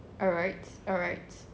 alright alright